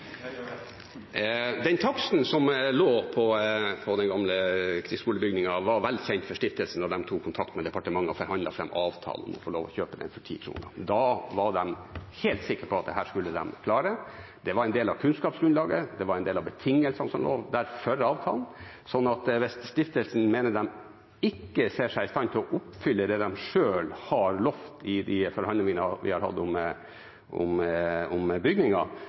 Den taksten som forelå for den gamle krigsskolebygningen, var velkjent for stiftelsen da de tok kontakt med departementet og forhandlet fram avtalen om å få lov til å kjøpe den for 10 kr. Da var de helt sikker på at dette skulle de klare. Det var en del av kunnskapsgrunnlaget. Det var en del av betingelsene som forelå for avtalen. Hvis stiftelsen mener de ikke ser seg i stand til å oppfylle det de selv har lovet i de forhandlingene vi har hatt om